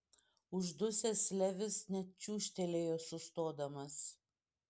uždusęs levis net čiūžtelėjo sustodamas